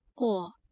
or,